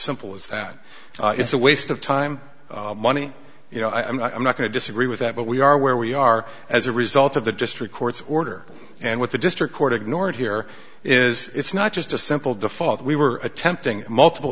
simple as that it's a waste of time money you know i'm not going to disagree with that but we are where we are as a result of the district court's order and what the district court ignored here is it's not just a simple default we were attempting multiple